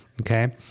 Okay